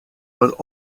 but